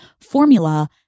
formula